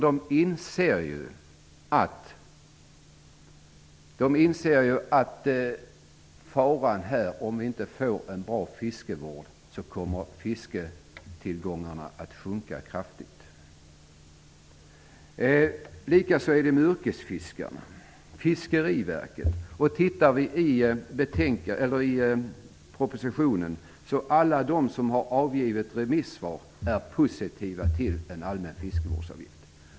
De inser att om det inte blir en bra fiskevård kommer fisketillgången att sjunka kraftigt. Likaså är det med yrkesfiskarna och Fiskeriverket. I propositionen framgår det att alla som har avgivit remisssvar är positiva till en allmän fiskevårdsavgift.